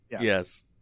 Yes